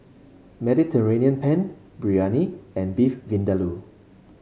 Mediterranean Penne Biryani and Beef Vindaloo